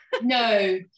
No